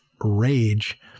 rage